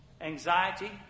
Anxiety